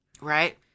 Right